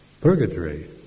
purgatory